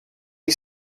you